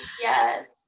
Yes